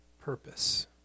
purpose